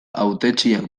hautetsien